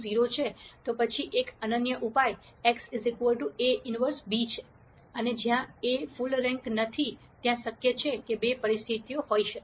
0 છે તો પછી એક અનન્ય ઉપાય x A 1 b છે અને જ્યારે A ફુલ રેન્ક નથી ત્યાં શક્ય છે કે બે પરિસ્થિતિઓ છે